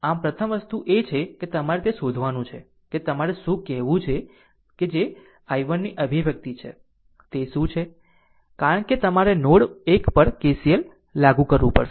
આમ પ્રથમ વસ્તુ એ છે કે તમારે તે શોધવાનું છે કે તમારું શું કહેવું છે કે જે i1 ની અભિવ્યક્તિ છે તે શું છે કારણ કે તમારે નોડ 1 પર KCL લાગુ કરવું પડશે